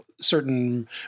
certain